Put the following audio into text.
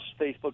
Facebook